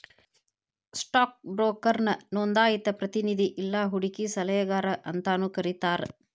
stock ಬ್ರೋಕರ್ನ ನೋಂದಾಯಿತ ಪ್ರತಿನಿಧಿ ಇಲ್ಲಾ ಹೂಡಕಿ ಸಲಹೆಗಾರ ಅಂತಾನೂ ಕರಿತಾರ